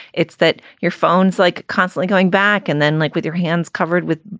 it's that your phones like constantly going back and then like with your hands covered with,